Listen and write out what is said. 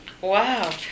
Wow